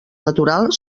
natural